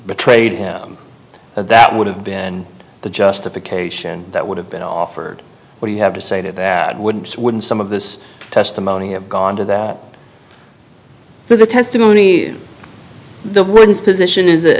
betrayed that would have been the justification that would have been offered what do you have to say to that wouldn't wouldn't some of this testimony have gone to that so the testimony the words position is